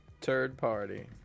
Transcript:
Third-party